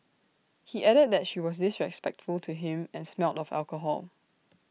he added that she was disrespectful to him and smelled of alcohol